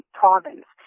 province